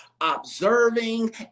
observing